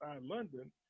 London